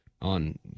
on